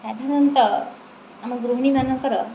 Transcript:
ସାଧାରଣତଃ ଆମ ଗୃହିଣୀମାନଙ୍କର